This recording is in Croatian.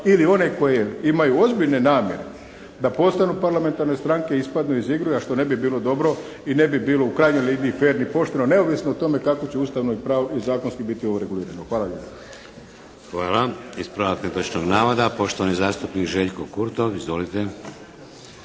ili one koje imaju ozbiljne namjere da postanu parlamentarne stranke ispadnu iz igre, a što ne bi bilo dobro i ne bilo u krajnjoj liniji fer ni pošteno, neovisno o tome kakvo će Ustavno i zakonski biti ovo regulirano. Hvala lijepa. **Šeks, Vladimir (HDZ)** Hvala. Ispravak netočnog navoda, poštovani zastupnik Željko Kurtov. Izvolite!